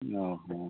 ᱚᱻ ᱦᱚᱸ